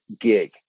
gig